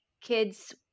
kids